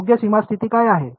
योग्य सीमा स्थिती काय आहे